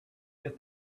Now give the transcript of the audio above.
get